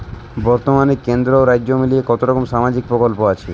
বতর্মানে কেন্দ্র ও রাজ্য মিলিয়ে কতরকম সামাজিক প্রকল্প আছে?